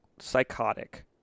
psychotic